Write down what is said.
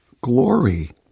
glory